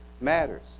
matters